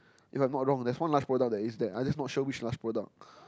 if I'm not wrong there one Lush product that is that I just not sure which Lush product